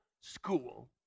School